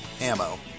ammo